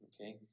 Okay